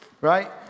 right